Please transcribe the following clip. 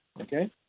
Okay